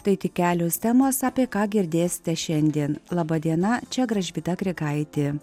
tai tik kelios temos apie ką girdėsite šiandien laba diena čia gražvyda grigaitė